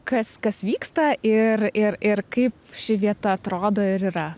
kas kas vyksta ir ir ir kaip ši vieta atrodo ir yra